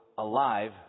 alive